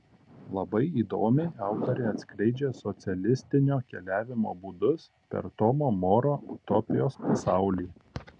labai įdomiai autorė atskleidžia socialistinio keliavimo būdus per tomo moro utopijos pasaulį